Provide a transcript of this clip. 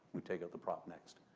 we'd take out the prop next.